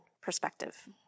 perspective